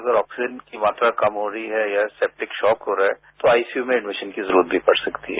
अगर ऑक्सीजन की मात्रा कम हो रही है या सेप्टिक शोक हो रहा है तो आईसीयू में एडमिशन की जरूरत पड़ती है